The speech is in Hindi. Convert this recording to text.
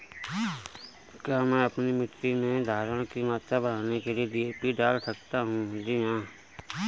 क्या मैं अपनी मिट्टी में धारण की मात्रा बढ़ाने के लिए डी.ए.पी डाल सकता हूँ?